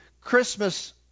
christmas